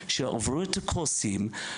מעאטף לקחת את זה וליזום.